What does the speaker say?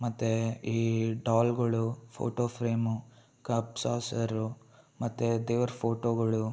ಮತ್ತು ಈ ಡಾಲ್ಗಳು ಫೋಟೋ ಫ್ರೇಮು ಕಪ್ ಸಾಸರು ಮತ್ತು ದೇವ್ರ ಫೋಟೋಗಳು